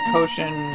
Potion